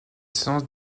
séance